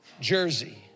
Jersey